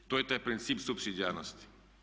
To je taj princip supsidijarnosti.